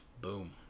Boom